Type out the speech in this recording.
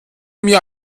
mir